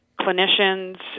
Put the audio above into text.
clinicians